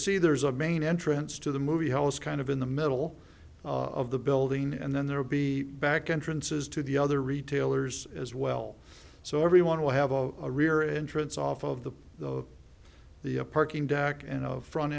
see there's a main entrance to the movie house kind of in the middle of the building and then there will be back entrances to the other retailers as well so everyone will have a rear entrance off of the the the parking deck and front